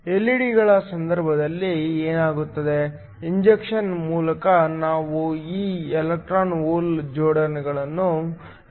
ಎಲ್ಇಡಿಗಳ ಸಂದರ್ಭದಲ್ಲಿ ಏನಾಗುತ್ತದೆ ಇಂಜೆಕ್ಷನ್ ಮೂಲಕ ನಾವು ಈ ಎಲೆಕ್ಟ್ರಾನ್ ಹೋಲ್ ಜೋಡಿಗಳನ್ನು ರಚಿಸುತ್ತೇವೆ